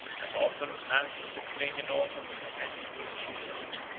as often as in the spring and autumn they met in provincial synod,